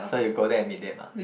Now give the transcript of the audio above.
so you go there and meet them ah